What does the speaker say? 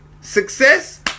success